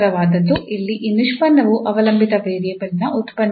ಇಲ್ಲಿ ಈ ನಿಷ್ಪನ್ನವು ಅವಲಂಬಿತ ವೇರಿಯೇಬಲ್ನ ಉತ್ಪನ್ನವಾಗಿದೆ